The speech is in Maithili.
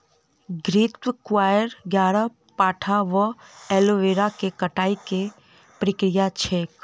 घृतक्वाइर, ग्यारपाठा वा एलोवेरा केँ कटाई केँ की प्रक्रिया छैक?